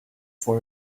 for